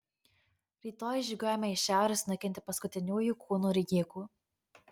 rytoj žygiuojame į šiaurę sunaikinti paskutiniųjų kūnų rijikų